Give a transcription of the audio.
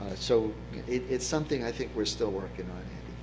so it's something i think we're still working on.